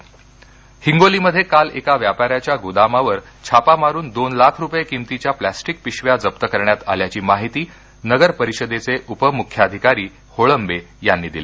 plastic Hingoli हिंगोलीमध्ये काल एका व्यापाऱ्याच्या गोदामावर छापा मारून दोन लाख रुपये किमतीच्या प्लास्टीक पिशव्या जप्त करण्यात आल्याची माहिती नगरपरिषदेचे उपमूख्याधिकारी होळंबे यांनी दिली